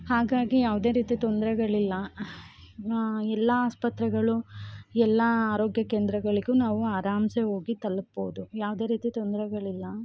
ಹಾಗಾಗಿ ಯಾವುದೇ ರೀತಿ ತೊಂದರೆಗಳಿಲ್ಲ ಎಲ್ಲ ಆಸ್ಪತ್ರೆಗಳು ಎಲ್ಲ ಆರೋಗ್ಯ ಕೇಂದ್ರಗಳಿಗು ನಾವು ಆರಾಮ್ಸೆ ಹೋಗಿ ತಲ್ಪೌದು ಯಾವುದೇ ರೀತಿ ತೊಂದರೆಗಳಿಲ್ಲ